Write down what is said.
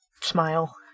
smile